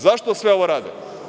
Zašto sve ovo rade?